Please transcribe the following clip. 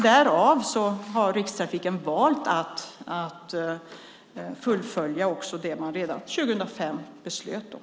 Därför har Rikstrafiken valt att fullfölja det som man redan 2005 beslutade om.